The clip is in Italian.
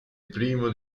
primo